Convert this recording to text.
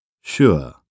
Sure